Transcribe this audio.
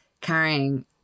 carrying